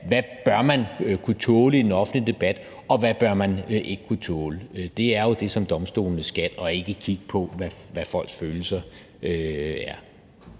hvad man bør kunne tåle i den offentlige debat, og hvad man ikke bør kunne tåle. Det er jo det, som domstolene skal; de skal ikke kigge på, hvad folks følelser er.